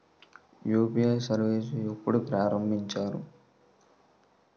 UPI service ఎప్పుడు ప్రారంభించారు?